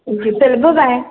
okay चल ब bye